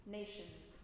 nations